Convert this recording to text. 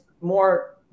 more